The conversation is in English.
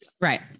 Right